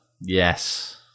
Yes